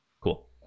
Cool